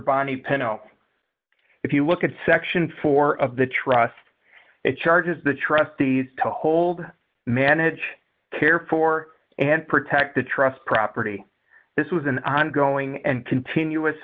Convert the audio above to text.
bonnie penalty if you look at section four of the trust it charges the trustees to hold manage care for and protect the trust property this was an ongoing and continuous